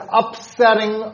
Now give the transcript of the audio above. upsetting